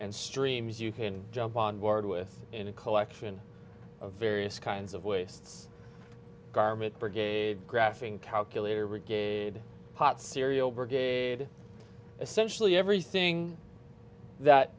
and streams you can jump on board with in a collection of various kinds of wastes garment brigade graphing calculator rig a hot cereal brigade essentially everything that